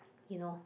you know